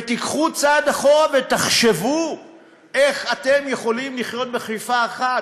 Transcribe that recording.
ותיקחו צעד אחורה ותחשבו איך אתם יכולים לחיות בכפיפה אחת.